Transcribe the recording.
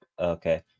Okay